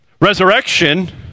Resurrection